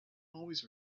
always